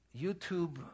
YouTube